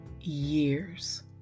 years